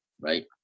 right